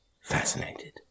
fascinated